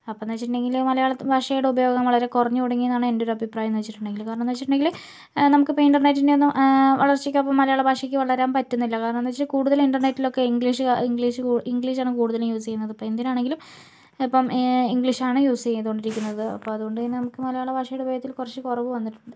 അപ്പോ എന്ന് വെച്ചിട്ടുണ്ടെങ്കില് മലയാള ഭാഷയുടെ ഉപയോഗം വളരെ കുറഞ്ഞു തുടങ്ങിയെന്നാണ് എന്റെ ഒരു അഭിപ്രായം എന്ന് വെച്ചിട്ടുണ്ടെങ്കില് കാരണം എന്ന് വെച്ചിട്ടുണ്ടെങ്കില് നമുക്കിപ്പോൾ ഇന്റര്നെറ്റിന്റെ ഒന്നും വളര്ച്ചയ്ക്കൊപ്പം മലയാള ഭാഷയ്ക്ക് വളരാന് പറ്റുന്നില്ല കാരണം എന്തെന്ന് വച്ചാല് കൂടുതല് ഇന്റര്നെറ്റിലൊക്കെ ഇംഗ്ലീഷ് ഇംഗ്ലീഷ് ഇംഗ്ലീഷ് ആണ് കൂടുതലും യൂസ് ചെയ്യുന്നത് ഇപ്പൊ എന്തിനാണെങ്കിലും ഇപ്പോൾ ഇംഗ്ലീഷ് ആണ് യൂസ് ചെയ്തു കൊണ്ടിരിക്കുന്നത് അപ്പൊ അതുകൊണ്ട് തന്നെ നമുക്ക് മലയാളഭാഷയുടെ ഉപയോഗത്തില് കുറച്ച് കുറവ് വന്നിട്ടുണ്ട്